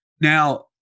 Now